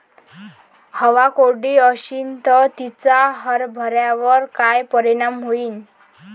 हवा कोरडी अशीन त तिचा हरभऱ्यावर काय परिणाम होईन?